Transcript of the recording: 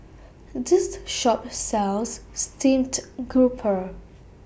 This Shop sells Steamed Grouper